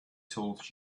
told